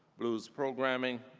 bluu's programming,